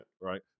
right